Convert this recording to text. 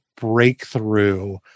breakthrough